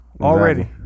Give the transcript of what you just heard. already